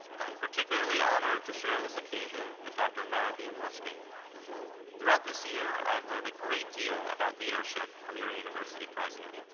i am particularly honored to share this occasion with dr. maravene loeschke. throughout this year i have learned a great deal about leadership from your university president.